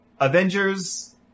Avengers